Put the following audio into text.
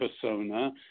persona